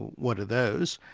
what are those?